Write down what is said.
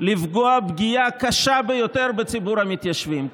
לפגוע פגיעה קשה ביותר בציבור המתיישבים.